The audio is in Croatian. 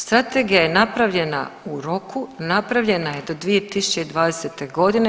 Strategija je napravljena u roku, napravljena je do 2020. godine.